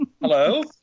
Hello